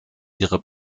ihre